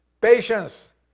Patience